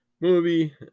movie